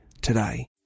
today